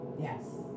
Yes